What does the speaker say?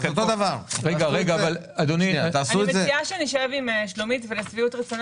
אני מציעה שנשב עם שלומית ארליך ולשביעות רצונה